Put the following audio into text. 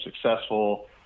successful